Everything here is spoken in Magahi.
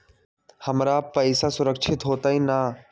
हमर पईसा सुरक्षित होतई न?